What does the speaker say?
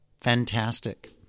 Fantastic